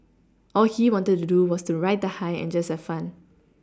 all he wanted to do was to ride the high and just have fun